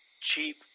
cheap